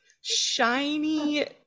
shiny